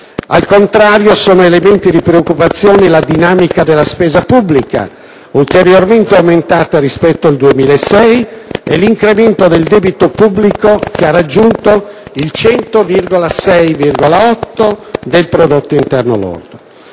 Al contrario, sono elementi di preoccupazione la dinamica della spesa pubblica, ulteriormente aumentata rispetto al 2006, e l'incremento del debito pubblico, che ha raggiunto il 106,8 per cento del PIL.